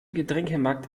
getränkemarkt